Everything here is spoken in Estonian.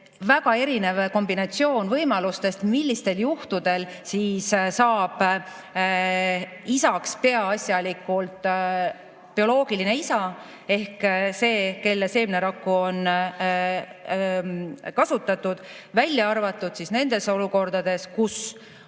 Väga erinev kombinatsioon võimalustest, millistel juhtudel saab isaks peaasjalikult bioloogiline isa ehk see, kelle seemnerakku on kasutatud, välja arvatud nendes olukordades, kus meil